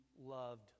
loved